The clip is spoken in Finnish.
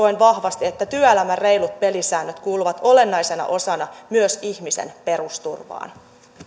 koen vahvasti että työelämän reilut pelisäännöt kuuluvat olennaisena osana myös ihmisen perusturvaan